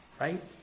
Right